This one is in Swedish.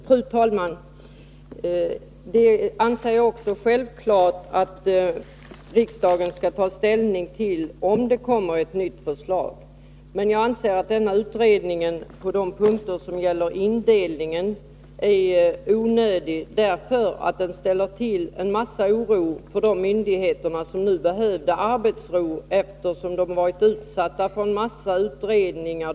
Fru talman! Jag anser också att det är självklart att riksdagen skall ta ställning till ett nytt förslag, om det kommer ett sådant. Men jag anser att en utredning på de punkter som gäller distriktsindelningen är onödig, därför att en sådan utredning skulle ställa till en hel del oro för de myndigheter som nu behöver arbetsro efter att ha varit utsatta för flera utredningar.